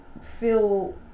feel